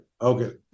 okay